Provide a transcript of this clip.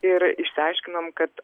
ir išsiaiškinom kad